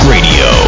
Radio